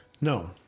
No